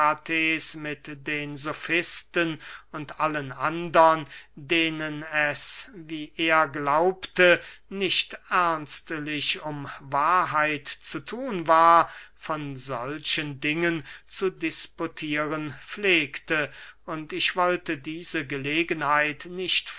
mit den sofisten und allen andern denen es wie er glaubte nicht ernstlich um wahrheit zu thun war von solchen dingen zu disputieren pflegte und ich wollte diese gelegenheit nicht